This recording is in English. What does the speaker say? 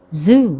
zoo